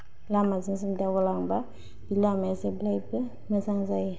लामाजों जों दावगालांबा बे लामाया जेब्लायबो मोजां जायो